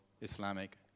Islamic